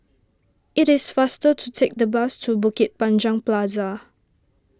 it is faster to take the bus to Bukit Panjang Plaza